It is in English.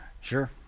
sure